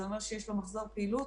זה אומר שיש לו מחזור פעילות